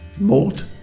Mort